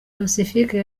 pacifique